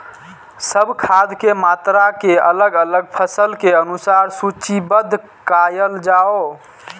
सब खाद के मात्रा के अलग अलग फसल के अनुसार सूचीबद्ध कायल जाओ?